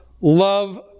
love